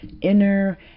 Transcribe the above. inner